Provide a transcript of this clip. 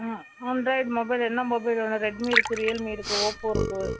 ஆ android mobile என்ன mobile வேணும் Redmi இருக்குது ரியல்மீ ஓப்போ இருக்குது